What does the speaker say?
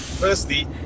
Firstly